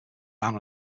ban